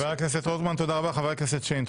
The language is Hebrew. תודה רבה לחבר הכנסת רוטמן ולחבר הכנסת שיין.